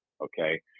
Okay